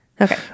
Okay